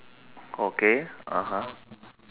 okay (uh huh)